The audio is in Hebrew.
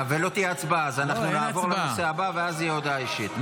אז אנחנו נעבור לנושא הבא, ואז הודעה אישית.